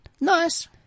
Nice